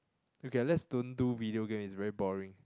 okay uh let's don't do video game is very boring